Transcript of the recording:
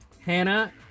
Hannah